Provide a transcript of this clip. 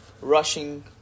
rushing